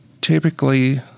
Typically